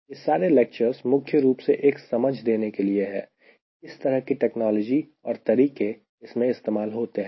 यह सारे लेक्चरर्स मुख्य रूप से एक समझ देने के लिए है कि किस तरह की टेक्नोलॉजी और तरीके इसमें इस्तेमाल होते है